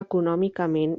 econòmicament